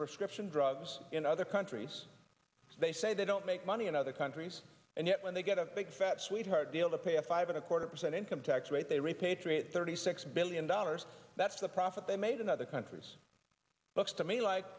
prescription drugs in other countries they say they don't make money in other countries and yet when they get a big fat sweetheart deal to pay a five and a quarter percent income tax rate they repatriate thirty six billion dollars that's the profit they made in other countries looks to me like